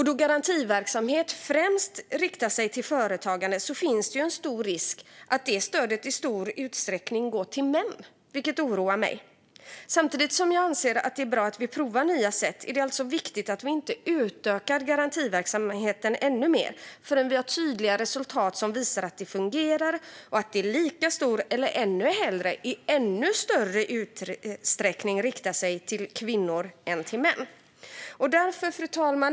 Då garantiverksamhet främst riktar sig till företagande finns det en stor risk att det stödet i stor utsträckning går till män, vilket oroar mig. Samtidigt som jag anser att det är bra att vi provar nya sätt är det viktigt att vi inte utökar garantiverksamheten ännu mer förrän vi har tydliga resultat som visar att det fungerar och att det i lika stor utsträckning riktar sig till kvinnor som till män, eller ännu hellre i ännu större utsträckning till kvinnor. Fru talman!